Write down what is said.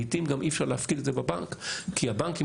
לעיתים גם אי אפשר להפקיד את זה בבנק כי הבנקים